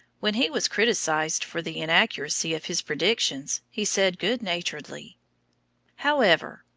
when he was criticised for the inaccuracy of his predictions, he said good-naturedly however,